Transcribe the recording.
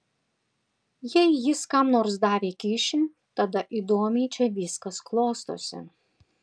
jei jis kam nors davė kyšį tada įdomiai čia viskas klostosi